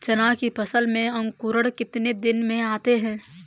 चना की फसल में अंकुरण कितने दिन में आते हैं?